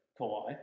Kawhi